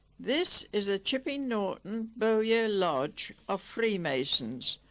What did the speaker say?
this is a chipping norton bowyer lodge of freemasons.